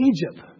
Egypt